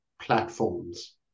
platforms